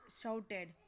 shouted